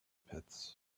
pits